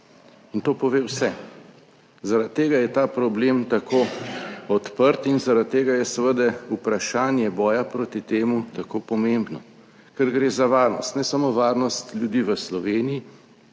In to pove vse. Zaradi tega je ta problem tako odprt in zaradi tega je seveda vprašanje boja proti temu tako pomembno. Ker gre za varnost, ne samo varnost ljudi v Sloveniji,